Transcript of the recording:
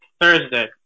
Thursday